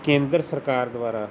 ਕੇਂਦਰ ਸਰਕਾਰ ਦੁਆਰਾ